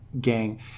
gang